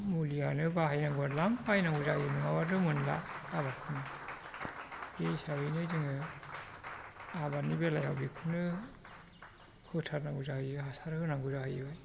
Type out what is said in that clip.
मुलियानो बाहायनांगौआ द्लाम बाहायनांगौ जायो नङाबाथ' मोनला आबादखौनो बे हिसाबैनो जोङो आबादनि बेलायाव बेखौनो होथारनांगौ जाहैयो हासार होनांगौ जाहैयो